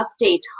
update